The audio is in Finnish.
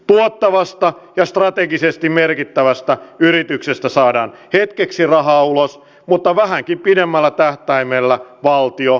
tuottavasta ja strategisesti merkittävästä yrityksestä saadaan hetkeksi rahaa ulos mutta vähänkin pidemmällä tähtäimellä valtio häviää